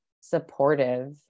supportive